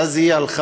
ואז היא הלכה,